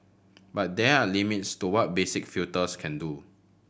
but there are limits to what basic filters can do